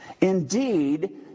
Indeed